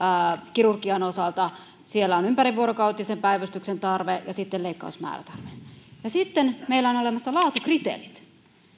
kirurgian osalta on ympärivuorokautisen päivystyksen tarve ja leikkausmäärätarve sitten meillä on olemassa laatukriteerit